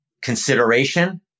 consideration